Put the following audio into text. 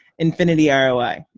infinity ah roi.